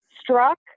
struck